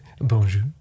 Bonjour